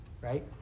right